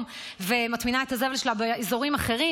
ומטמינה את הזבל שלה באזורים אחרים,